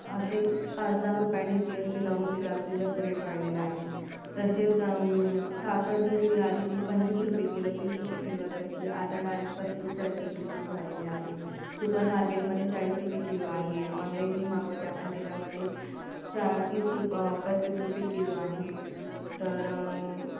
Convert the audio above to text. असे पाच दहा रुपयांनी जी एस टी लागून ते जास्तीत जास्त रेट वाढलेला आहे तसेच साखर जी होती आधी ती पंचवीस रुपये किलो तीस रुपये किलो असायची आता डायरेक पस्तीस चाळीस रुपये किलो झालेली आहे सुपर मार्केटमध्ये चाळीस रुपये किलो आहे ऑनलाईन जे मागवतो आपण त्याच्यामध्ये त्या तीस रुपये पस्तीस रुपये किलो आहे तर